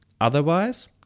Otherwise